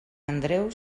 andreu